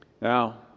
now